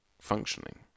functioning